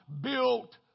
built